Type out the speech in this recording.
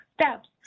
steps